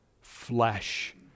flesh